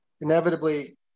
inevitably